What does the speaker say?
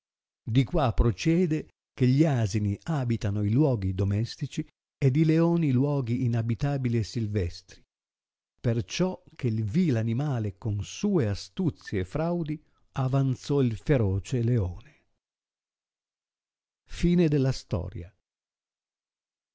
di qua prociede che gli asini abitano i luoghi domestici ed i leoni i luoghi inabitabili e silvestri perciò che vi animale con sue astuzie e fraudi avanzò il feroce leone già